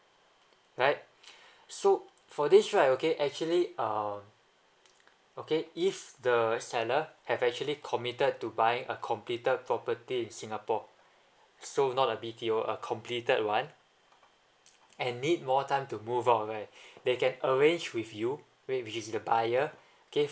right so for this right okay actually um okay if the seller have actually committed to buy a completed property in singapore so not a B_T_O a completed one and need more time to move out right they can arrange with you where which is the buyer can